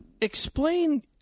explain